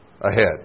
ahead